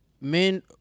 men